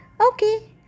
Okay